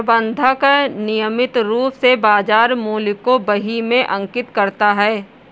प्रबंधक नियमित रूप से बाज़ार मूल्य को बही में अंकित करता है